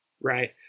Right